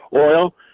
oil